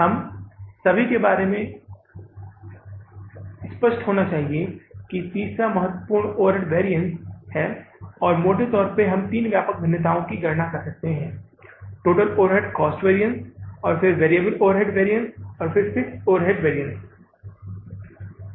हम सभी के बारे में स्पष्ट होना चाहिए कि तीसरा महत्वपूर्ण वैरिअन्स ओवरहेड वैरिअन्स है और मोटे तौर पर हम तीन व्यापक भिन्नताओं की गणना कर सकते हैं टोटल ओवरहेड कॉस्ट वैरिअन्स और फिर वेरिएबल ओवरहेड वैरिअन्स और फिक्स्ड ओवरहेड वैरिअन्स